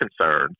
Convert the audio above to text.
concerns